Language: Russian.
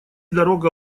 дорога